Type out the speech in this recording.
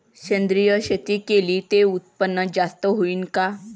सेंद्रिय शेती केली त उत्पन्न जास्त होईन का?